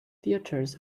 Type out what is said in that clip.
theatres